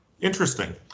Interesting